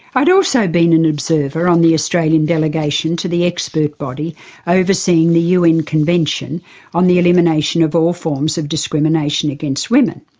i'd also been an observer on the australian delegation to the expert body overseeing the un convention on the elimination of all forms of discrimination against women.